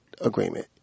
agreement